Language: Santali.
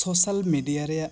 ᱥᱚᱥᱟᱞ ᱢᱤᱰᱤᱭᱟ ᱨᱮᱭᱟᱜ